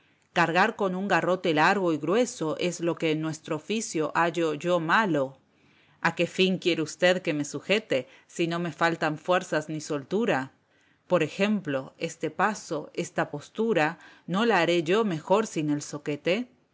cargar con un garrote largo y grueso es lo que en nuestro oficio hallo yo malo a qué fin quiere usted que me sujete si no me faltan fuerzas ni soltura por ejemplo este paso esta postura no la haré yo mejor sin el zoquete